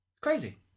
crazy